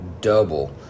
double